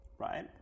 Right